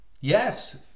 Yes